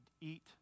eat